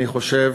אני חושב,